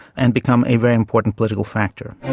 and become a very important political factor.